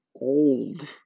old